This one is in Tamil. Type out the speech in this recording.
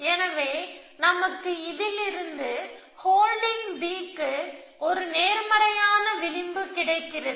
எனவே நமக்கு இதிலிருந்து ஹோல்டிங் B க்கு ஒரு நேர்மறையான விளிம்பு கிடைக்கிறது